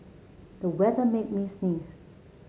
the weather made me sneeze